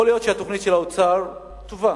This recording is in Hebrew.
יכול להיות שהתוכנית של האוצר טובה,